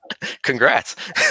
congrats